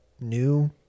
new